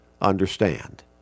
understand